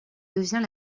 devient